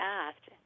asked